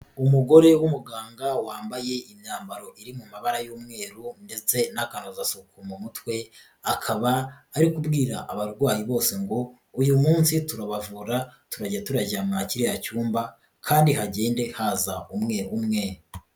Umugore w'umuganga wambaye imyambaro iri mu mabara y'umweru ndetse n'akanozasuku mu mutwe, akaba ari kubwira abarwayi bose ngo uyu munsi turabavura, turajya turajya mwa kiriya cyumba kandi hagende haza umwe umwe.